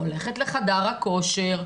הולכת לחדר הכושר,